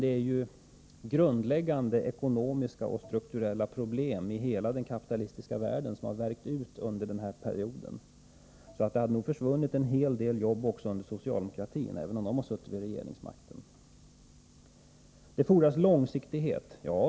Det är emellertid grundläggande ekonomiska och strukturella problem i hela den kapitalistiska världen som har värkt ut under den här perioden, så det hade nog försvunnit en hel del jobb också om socialdemokraterna då hade innehaft regeringsmakten. Det fordras långsiktighet, säger industriministern.